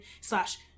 slash